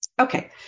Okay